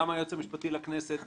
גם היועץ המשפטי לכנסת,